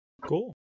Cool